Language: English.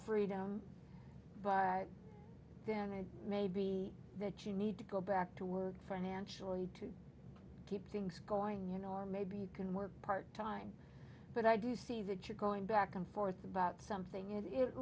freedom but then it may be that you need to go back to work for an angele to keep things going you know or maybe you can work part time but i do see that you're going back and forth about something